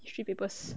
history papers